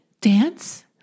Dance